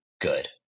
good